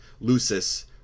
Lucis